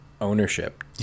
ownership